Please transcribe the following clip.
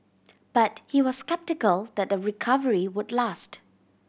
but he was sceptical that the recovery would last